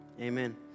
amen